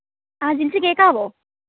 ആ ജിൻസി കേൾക്കാമോ